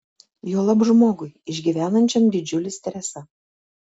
juolab žmogui išgyvenančiam didžiulį stresą